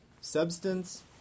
Substance